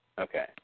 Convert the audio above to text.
Okay